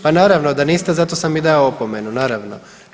Pa naravno da niste, zato sam i dao opomenu, naravno.